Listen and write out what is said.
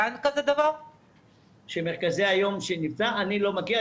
אני לא מכיר.